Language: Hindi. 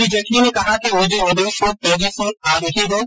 श्री जेटली ने कहा कि निजी निवेश में तेजी आ रही है